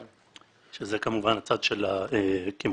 שזה כמובן הצד של הקמעונאים,